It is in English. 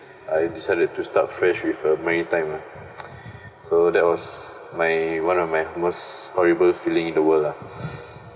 I decided to start fresh with a maritime uh so that was my one of my most horrible feeling in the world lah